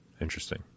interesting